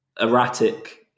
erratic